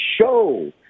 show